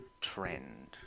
trend